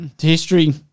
history